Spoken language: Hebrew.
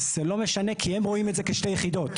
זה לא משנה, כי הם רואים את זה כשתי יחידות.